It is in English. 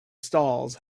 stalls